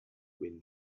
when